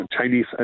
Chinese